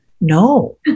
no